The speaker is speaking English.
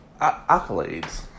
accolades